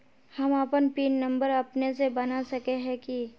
हम अपन PIN number अपने से बना सके है की?